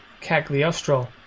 Cagliostro